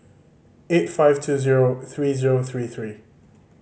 eight five two zero three zero three three